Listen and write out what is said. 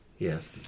Yes